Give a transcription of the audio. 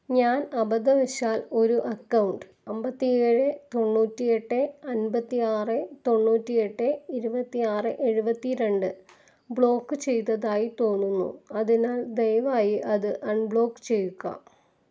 ഞാൻ അബദ്ധവശാൽ ഒരു അക്കൗണ്ട് ഏഴ് തൊണ്ണൂറ്റി എട്ട് അന്പത്തി ആറ് തൊണ്ണൂറ്റി എട്ട് ഇരുപത്തി ആറ് എഴുപത്തിരണ്ട് ബ്ലോക്ക് ചെയ്തതായി തോന്നുന്നു അതിനാൽ ദയവായി അത് അൺബ്ലോക്ക് ചെയ്യുക